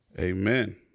amen